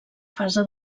fase